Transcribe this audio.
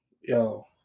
Yo